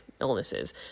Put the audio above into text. illnesses